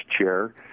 chair